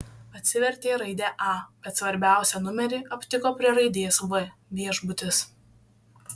atsivertė raidę a bet svarbiausią numerį aptiko prie raidės v viešbutis